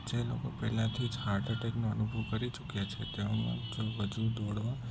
જે લોકો પહેલાથી જ હાર્ડ અટેકને અનુભવ કરી ચૂક્યા છે તેઓમાં જો હજુ દોડવા